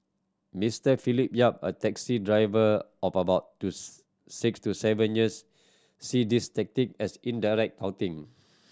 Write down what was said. Mister Philip Yap a taxi driver of about to six to seven years see these tactic as indirect touting